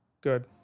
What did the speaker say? good